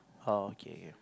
oh okay